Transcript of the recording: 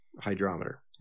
hydrometer